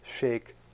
Shake